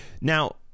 Now